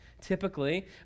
typically